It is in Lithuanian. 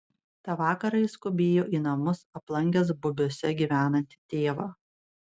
tą vakarą jis skubėjo į namus aplankęs bubiuose gyvenantį tėvą